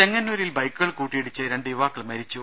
ചെങ്ങന്നൂരിൽ ബൈക്കുകൾ കൂട്ടിയിടിച്ച് രണ്ട് യുവാക്കൾ മരിച്ചു